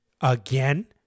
Again